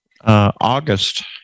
August